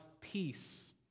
peace